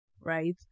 right